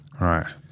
Right